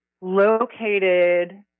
located